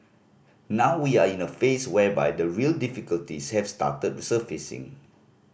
now we are in a phase whereby the real difficulties have started surfacing